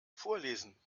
vorlesen